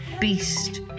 beast